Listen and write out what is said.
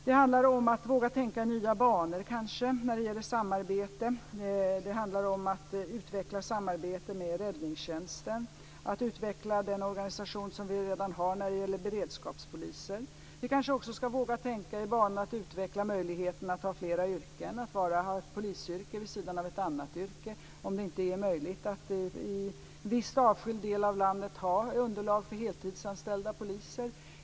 Det handlar kanske om att våga tänka i nya banor när det gäller samarbete. Det handlar om att utveckla samarbetet med räddningstjänsten och om att utveckla den organisation som vi redan har när det gäller beredskapspoliser. Vi kanske också ska våga tänka i sådana banor som att utveckla möjligheten att ha flera yrken, att man ska kunna ha polisyrket vid sidan av ett annat yrke om det inte är möjligt att i en viss avskild del av landet ha underlag för heltidsanställda poliser.